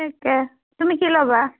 তাকে তুমি কি ল'বা